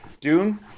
Dune